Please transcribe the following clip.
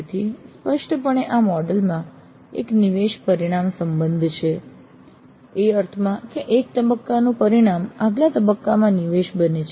તેથી સ્પષ્ટપણે આ મોડેલમાં એક નિવેશ પરિણામ સંબંધ છે એ અર્થમાં કે એક તબક્કાનું પરિણામ આગલા તબક્કામાં નિવેશ બને છે